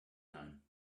time